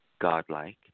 godlike